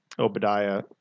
Obadiah